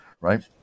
right